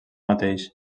mateix